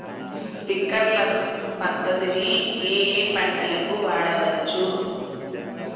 Sprinkler పద్ధతిని ఏ ఏ పంటలకు వాడవచ్చు?